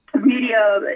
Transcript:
media